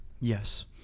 Yes